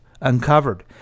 uncovered